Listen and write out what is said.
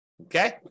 okay